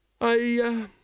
I